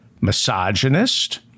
misogynist